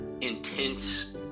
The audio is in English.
intense